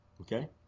Okay